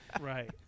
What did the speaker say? Right